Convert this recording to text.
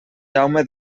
jaume